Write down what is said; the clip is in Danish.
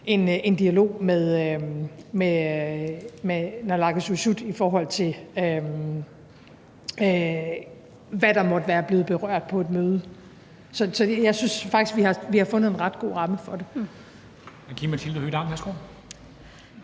en dialog med naalakkersuisut, i forhold til hvad der måtte være blevet berørt på et møde. Så jeg synes faktisk, vi har fundet en ret god ramme for det.